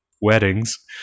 weddings